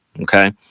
okay